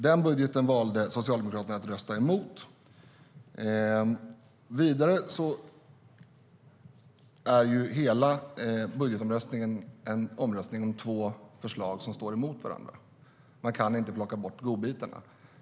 Den budgeten valde Socialdemokraterna att rösta emot. Vidare är hela budgetomröstningen en omröstning om två förslag som står emot varandra. Man kan inte plocka ut godbitarna.